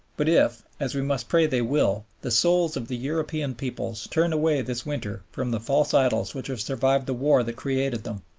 but if, as we must pray they will, the souls of the european peoples turn away this winter from the false idols which have survived the war that created them,